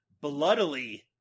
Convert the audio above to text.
Bloodily